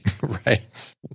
right